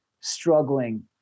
struggling